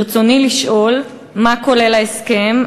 ברצוני לשאול: 1. מה כולל ההסכם?